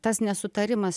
tas nesutarimas